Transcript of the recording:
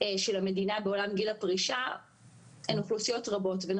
של המדינה בעולם גיל הפרישה הן אוכלוסיות רבות וזה